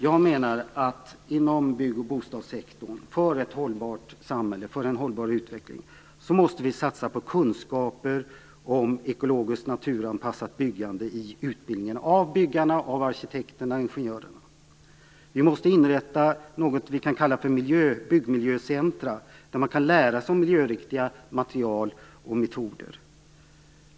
Jag menar att vi, för en hållbar utveckling inom bygg och bostadssektorn, måste satsa på kunskaper om ekologiskt, naturanpassat byggande i utbildningen av byggarna, arkitekterna och ingenjörerna. Vi måste inrätta något som vi kan kalla för byggmiljöcentrum, där man skall kunna lära sig om miljöriktiga material och metoder.